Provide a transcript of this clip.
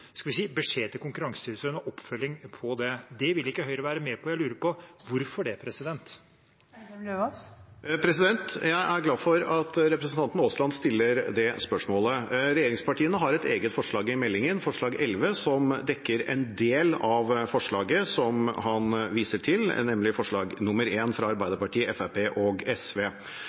skal vi si – beskjed til Konkurransetilsynet om oppfølging av det. Det vil ikke Høyre være med på. Jeg lurer på hvorfor. Jeg er glad for at representanten Aasland stiller det spørsmålet. Regjeringspartiene har et eget forslag i innstillingen, forslag nr. 11, som dekker en del av forslaget som han viser til, nemlig forslag nr. 1, fra Arbeiderpartiet, Fremskrittspartiet og SV.